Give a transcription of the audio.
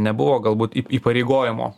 nebuvo galbūt į įpareigojimo